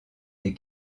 des